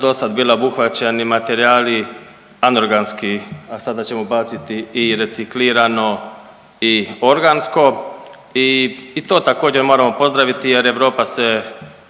dosad bili obuhvaćeni materijali anorganski, a sada ćemo baciti i reciklirano i organsko i, i to također moramo pozdraviti jer Europa se